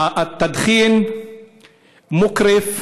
(אומר בערבית